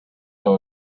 know